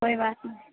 कोई बात नहीं